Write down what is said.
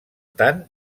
tant